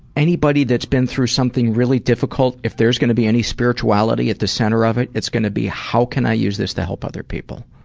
anybody that's been through something really difficult, if there's going to be any spirituality at the center of it, it's going to be, how can i use this to help other people?